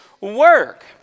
work